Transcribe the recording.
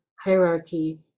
hierarchy